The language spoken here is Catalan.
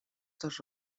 dos